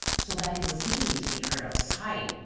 so that it was easily to be heard outside.